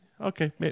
Okay